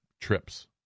trips